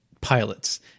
pilots